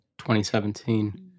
2017